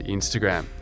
Instagram